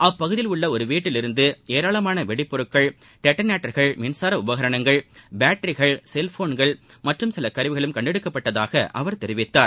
அப்பகுதியில் உள்ள ஒரு வீட்டில் இருந்து ஏராளமான வெடிபொருட்கள் டெட்டனேட்டர்கள் மின்சார உபகரணங்கள் பேட்டரிகள் செல்போன்கள் மற்றும் சில கருவிகளும் கண்டெடுக்கப்பட்டதாக அவர் தெரிவித்தார்